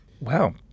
Wow